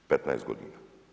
15 godina.